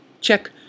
check